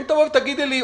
אם תבואי ותגידי לי,